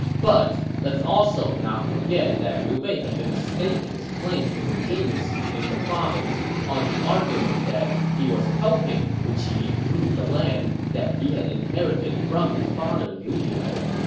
but let's also not forget that liu bei had been staking his claim to legitimacy in the province on the argument that he was helping liu qi rule the land that he had inherited from his father liu biao.